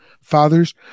fathers